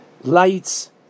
lights